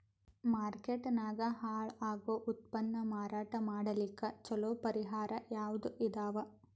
Market ನಾಗ ಹಾಳಾಗೋ ಉತ್ಪನ್ನ ಮಾರಾಟ ಮಾಡಲಿಕ್ಕ ಚಲೋ ಪರಿಹಾರ ಯಾವುದ್ ಇದಾವ?